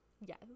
Yes